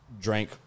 drank